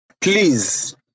please